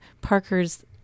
parker's